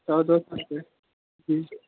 سو دو سو روپے ٹھیک ہے